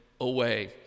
away